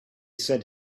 said